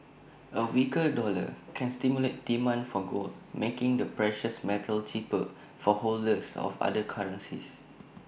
A weaker dollar can stimulate demand for gold making the precious metal cheaper for holders of other currencies